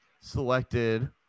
selected